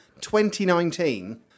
2019